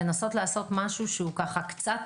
לעשות משהו שקצת